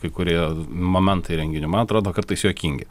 kai kurie momentai renginio man atrodo kartais juokingi